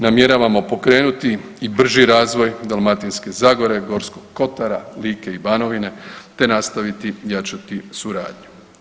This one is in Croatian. Namjeravamo pokrenuti i brži razvoj Dalmatinske zagore, Gorskog kotara, Like i Banovine, te nastaviti jačati suradnju.